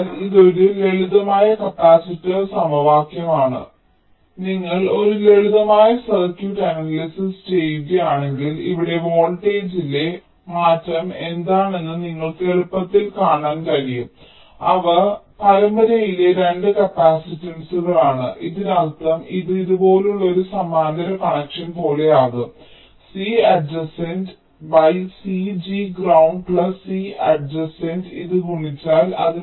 അതിനാൽ ഇത് ഒരു ലളിതമായ കപ്പാസിറ്റർ സമവാക്യമാണ് നിങ്ങൾ ഒരു ലളിതമായ സർക്യൂട്ട് അനാലിസിസ് ചെയ്യുകയാണെങ്കിൽ ഇവിടെ വോൾട്ടേജിലെ മാറ്റം എന്താണെന്ന് നിങ്ങൾക്ക് എളുപ്പത്തിൽ കാണാൻ കഴിയും അവ പരമ്പരയിലെ 2 കപ്പാസിറ്റൻസുകളാണ് ഇതിനർത്ഥം ഇത് ഇതുപോലുള്ള ഒരു സമാന്തര കണക്ഷൻ പോലെയാകും C adjacent C g ground C adjacent ഇത് ഗുണിച്ചാൽ